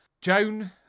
joan